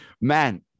Man